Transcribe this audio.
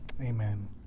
Amen